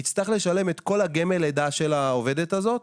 יצטרך לשלם את כל גמל לידה של העובדת הזאת,